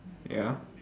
ya